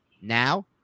now